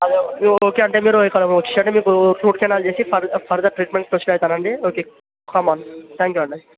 మీరు ఓకే అంటే మీరు ఇక్కడ వచ్చేసేయండి మీకు రూట్ కెనాల్ చేసి ఫర్ద ఫర్దర్ ట్రీట్మెంట్ ప్రొసీడ్ అవుతానండి okay come on thank you అండి